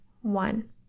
one